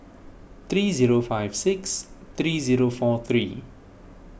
three zero five six three zero four three